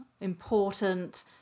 important